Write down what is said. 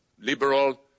liberal